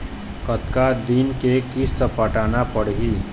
कतका दिन के किस्त पटाना पड़ही?